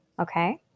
okay